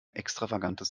extravagantes